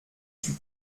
suis